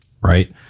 Right